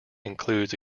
includes